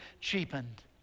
cheapened